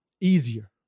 easier